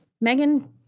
Megan